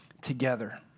together